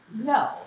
No